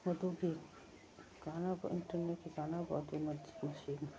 ꯃꯗꯨꯒꯤ ꯀꯥꯟꯅꯕ ꯏꯟꯇꯔꯅꯦꯠꯀꯤ ꯀꯥꯟꯅꯕ ꯑꯗꯨ ꯃꯁꯤꯅꯤ